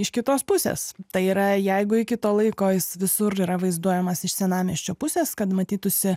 iš kitos pusės tai yra jeigu iki to laiko jis visur yra vaizduojamas iš senamiesčio pusės kad matytųsi